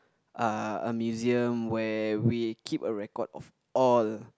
uh a museum where we keep a record of all